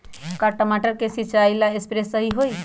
का टमाटर के सिचाई ला सप्रे सही होई?